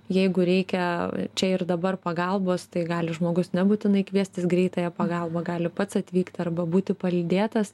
jeigu reikia čia ir dabar pagalbos tai gali žmogus nebūtinai kviestis greitąją pagalbą gali pats atvykti arba būti palydėtas